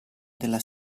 della